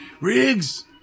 Riggs